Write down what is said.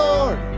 Lord